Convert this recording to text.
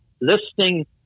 listening